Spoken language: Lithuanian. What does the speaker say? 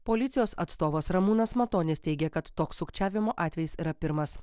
policijos atstovas ramūnas matonis teigia kad toks sukčiavimo atvejis yra pirmas